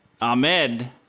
Ahmed